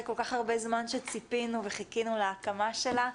כל כך הרבה זמן שציפינו וחיכינו להקמה שלה,